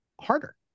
harder